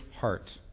heart